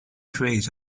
trait